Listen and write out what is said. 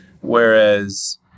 Whereas